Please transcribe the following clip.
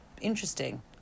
interesting